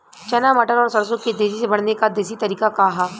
चना मटर और सरसों के तेजी से बढ़ने क देशी तरीका का ह?